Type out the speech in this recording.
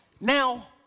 Now